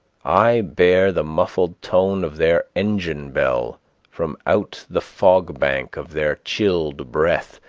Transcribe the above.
i bear the muffled tone of their engine bell from out the fog bank of their chilled breath,